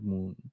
Moon